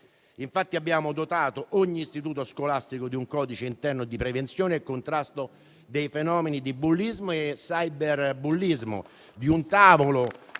chiara. Abbiamo dotato infatti ogni istituto scolastico di un codice interno di prevenzione e contrasto dei fenomeni di bullismo e cyberbullismo,